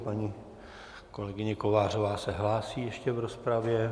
Paní kolegyně Kovářová se hlásí ještě v rozpravě.